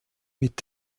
mit